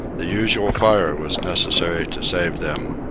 the usual fire was necessary to save them.